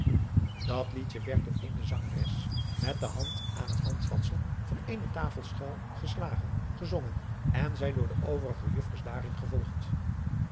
dat liedje werd door eene zangeres met de hand aan het handvatsel van eene tafelschel geslagen gezongen en zij door de overige juffers daarin gevolgd